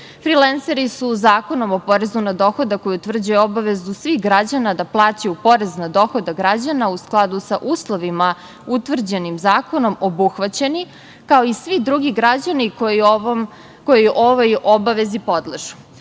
Frilenseri su Zakonom o porezu na dohodak, koji utvrđuje obavezu svih građana da plaćaju porez na dohodak građana, u skladu sa uslovima utvrđenim zakonom obuhvaćeni, kao i svi drugi građani koji ovoj obavezi podležu.